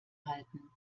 halten